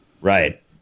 Right